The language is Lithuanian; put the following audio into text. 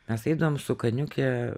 mes eidavom su kalniuke